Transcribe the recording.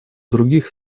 других